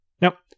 Now